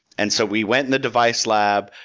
and so we went in the device lab,